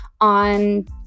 on